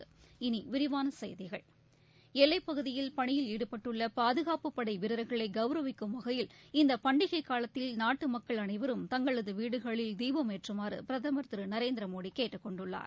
இனி விரிவான செய்திகள் எல்லைப் பகுதியில் பணியில் ஈடுபட்டுள்ள பாதுகாப்புப் படை வீரர்களை கவரவிக்கும் வகையில் இந்தப் பண்டிகைக் காலத்தில் நாட்டுமக்கள் அனைவரும் தங்களது வீடுகளில் தீபம் ஏற்றுமாறு பிரதமர் திரு நரேந்திர மோடி கேட்டுக் கொண்டுள்ளார்